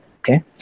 okay